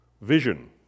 vision